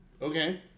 okay